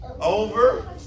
over